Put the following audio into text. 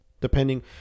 depending